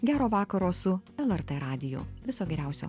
gero vakaro su lrt radiju viso geriausio